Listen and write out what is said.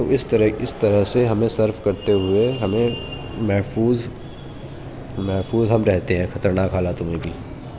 تو اس طرح اس طرح سے ہمیں سرف کرتے ہوئے ہمیں محفوظ محفوظ ہم رہتے ہیں خطرناک حالاتوں میں بھی